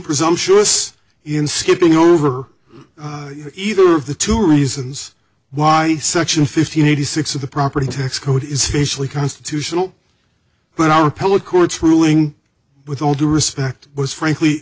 presumptuous in skipping over either of the two reasons why section fifty eighty six of the property tax code is facially constitutional but our public court's ruling with all due respect was frankly